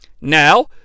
Now